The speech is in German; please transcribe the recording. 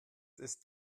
ist